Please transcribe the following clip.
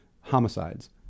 homicides